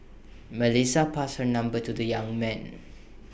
Melissa passed her number to the young man